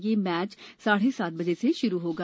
यह मैच साढ़े सात बजे शुरू होगा